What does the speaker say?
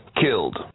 killed